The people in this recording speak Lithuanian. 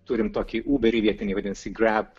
turime tokį uber vietinį vadinasi grav